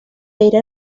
era